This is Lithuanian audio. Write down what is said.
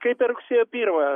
kaip per rugsėjo pirmą